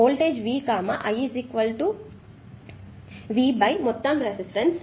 కాబట్టి ఇది voltage V I V మొత్తం రెసిస్టన్స్